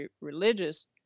religious